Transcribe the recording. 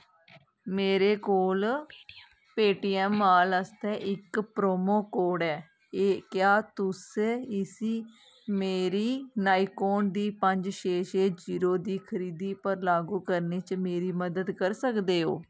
मेरे कोल पेटीऐम्म माल आस्तै इक प्रोमो कोड ऐ क्या तुस इस्सी मेरी नाइकोन डी पंज छे छे जीरो दी खरीदी पर लागू करने च मेरी मदद कर सकदे ओ